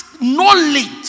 knowledge